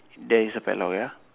there is a padlock ya